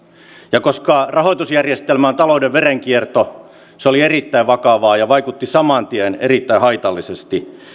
ja koska rahoitusjärjestelmä on talouden verenkierto se oli erittäin vakavaa ja vaikutti saman tien erittäin haitallisesti